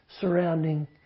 surrounding